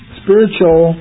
spiritual